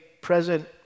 present